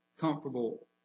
comfortable